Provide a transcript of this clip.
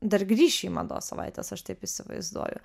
dar grįši į mados savaites aš taip įsivaizduoju